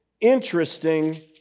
interesting